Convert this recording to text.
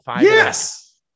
Yes